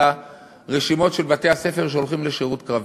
על הרשימות של בתי-הספר שהולכים לשירות קרבי.